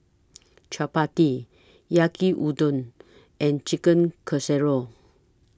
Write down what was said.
Chapati Yaki Udon and Chicken Casserole